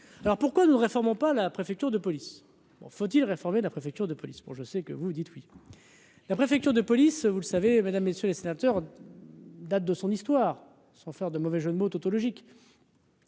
alors pourquoi nous ne réformons pas la préfecture de police, bon, faut-il réformer la préfecture de police pour, je sais que vous vous dites : oui, la préfecture de police, vous le savez, mesdames, messieurs les sénateurs, date de son histoire, sans faire de mauvais jeu de mots tautologique,